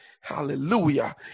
Hallelujah